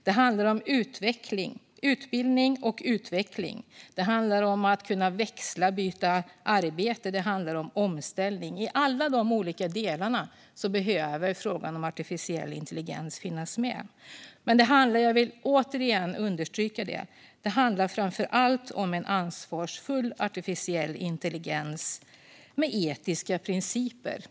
Det handlar om utbildning och utveckling. Det handlar om att kunna växla och byta arbete. Det handlar om omställning. I alla de olika delarna behöver frågan om artificiell intelligens finnas med. Men jag vill återigen understryka att det framför allt handlar om en ansvarsfull artificiell intelligens med etiska principer.